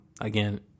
Again